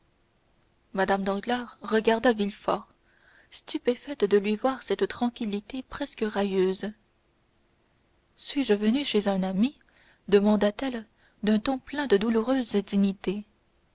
mme danglars regarda villefort stupéfaite de lui voir cette tranquillité presque railleuse suis-je venue chez un ami demanda-t-elle d'un ton plein de douloureuse dignité